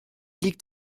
liegt